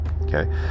Okay